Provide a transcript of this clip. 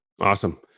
Awesome